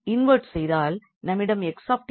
எனவே அவ்வளவுதான்